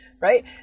Right